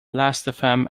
lastfm